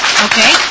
Okay